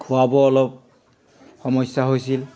খোৱা বোৱাও অলপ সমস্যা হৈছিল